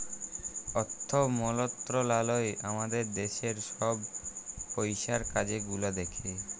অথ্থ মলত্রলালয় আমাদের দ্যাশের ছব পইসার কাজ গুলা দ্যাখে